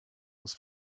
was